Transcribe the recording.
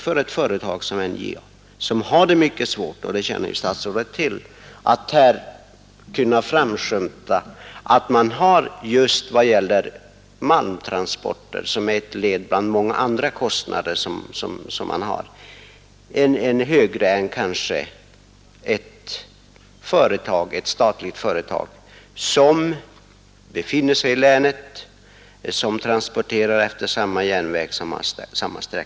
Företaget har det redan mycket svårt ekonomiskt, vilket statsrådet känner väl till. Malmtransportkostnaderna för det företaget är nu högre än motsvarande kostnader för ett annat statligt företag i länet som transporterar utefter samma järnvägslinje.